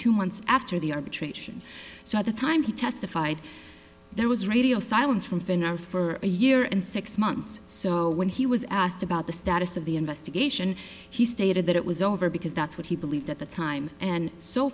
two months after the arbitration so at the time he testified there was radio silence from finn are for a year and six months so when he was asked about the status of the investigation he stated that it was over because that's what he believed at the time and so